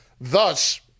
Thus